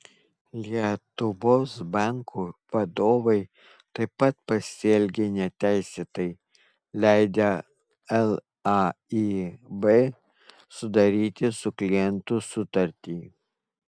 lietuvos banko vadovai taip pat pasielgė neteisėtai leidę laib sudaryti su klientu sutartį